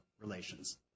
relations